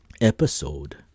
episode